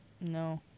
No